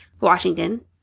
Washington